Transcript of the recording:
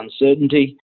uncertainty